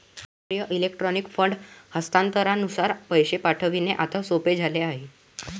राष्ट्रीय electronic fund हस्तांतरणातून पैसे पाठविणे आता सोपे झाले आहे